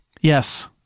Yes